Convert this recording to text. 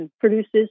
produces